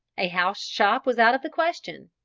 a house-shop was out of the question,